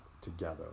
together